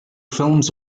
films